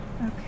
okay